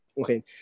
Okay